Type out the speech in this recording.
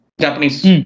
Japanese